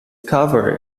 cover